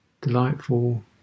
delightful